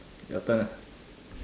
your turn ah